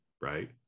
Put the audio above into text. right